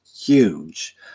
huge